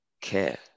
care